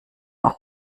auch